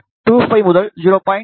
25 முதல் 0